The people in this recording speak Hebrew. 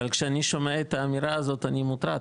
אבל כשאני שומע את האמירה הזאת אני מוטרד,